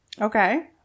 Okay